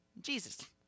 Jesus